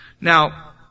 Now